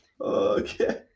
Okay